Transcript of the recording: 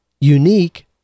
unique